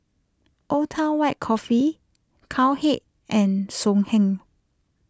Old Town White Coffee Cowhead and Songhe